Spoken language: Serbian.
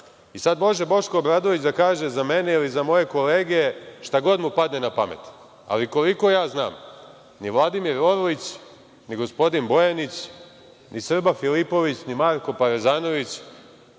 Sada može Boško Obradović da kaže za mene ili za moje kolege šta god mu padne na pamet, ali koliko ja znam, ni Vladimir Orlić, ni gospodin Bojanić, ni Srba Filipović, ni Marko Parezanović,